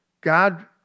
God